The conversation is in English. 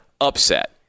upset